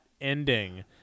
ending